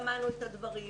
שמענו את הדברים.